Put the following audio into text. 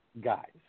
Guys